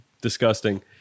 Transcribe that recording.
disgusting